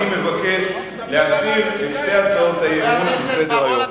אני מבקש להסיר את שתי הצעות האי-אמון מסדר-היום.